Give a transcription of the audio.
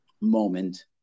moment